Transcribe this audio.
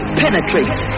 penetrates